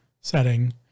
setting